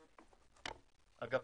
--- אגב,